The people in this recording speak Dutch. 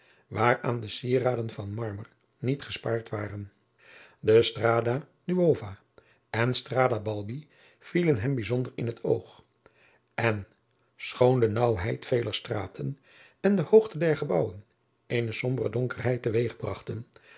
waar aan de sieraden van marmer niet gespaard waren de strada nuova en strada balbi vielen hem bijzonder in het oog en schoon de naauwheid veler straten en de hoogte der gebouwen eene sombere donkerheid te weeg bragten